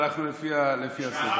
הלכנו לפי הסדר.